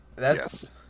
Yes